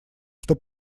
что